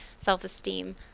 self-esteem